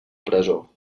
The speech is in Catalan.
presó